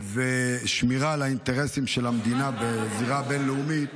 שמירה על האינטרסים של המדינה בזירה הבין-לאומית